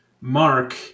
Mark